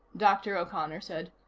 dr. o'connor said.